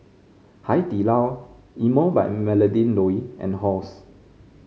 Hai Di Lao Emel by Melinda Looi and Halls